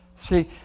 See